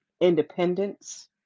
Independence